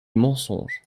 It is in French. mensonge